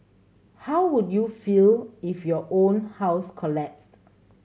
how would you feel if your own house collapsed